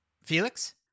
Felix